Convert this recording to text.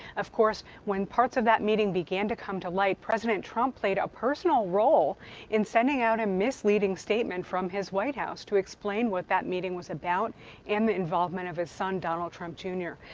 of course, when parts of that meeting began to come to light, president trump played a personal role in sending out a misleading statement from his white house to explain what that meeting was about and the involvement of his son donald trump jr.